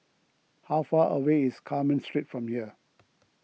how far away is Carmen Street from here